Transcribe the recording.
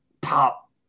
pop